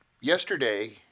yesterday